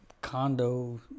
condo